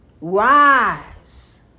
rise